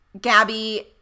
Gabby